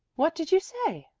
what did you say?